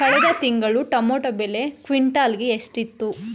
ಕಳೆದ ತಿಂಗಳು ಟೊಮ್ಯಾಟೋ ಬೆಲೆ ಕ್ವಿಂಟಾಲ್ ಗೆ ಎಷ್ಟಿತ್ತು?